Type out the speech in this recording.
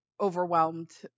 overwhelmed